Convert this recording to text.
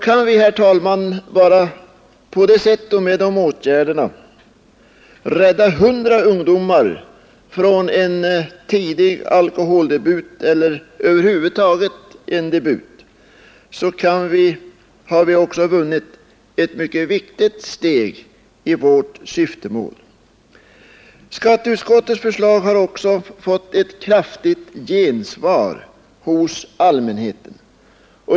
Kan vi, herr talman, på det sättet och med de åtgärderna bara rädda hundra ungdomar från en tidig alkoholdebut eller en debut över huvud taget har vi vunnit en mycket stor framgång. Skatteutskottets förslag har också fått ett kraftigt gensvar hos allmänheten.